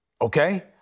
okay